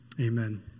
Amen